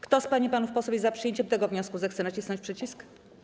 Kto z pań i panów posłów jest za przyjęciem tego wniosku, zechce nacisnąć przycisk.